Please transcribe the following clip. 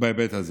בהיבט הזה.